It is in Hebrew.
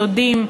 דודים,